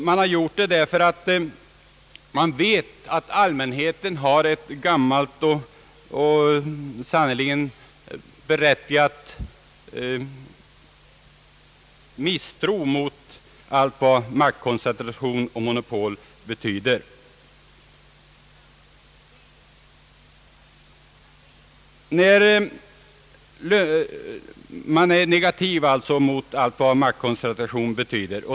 Man har gjort det därför att man vet att allmänheten har en gammal och sannerligen berättigad misstro mot allt vad maktkoncentration och monopol ieter.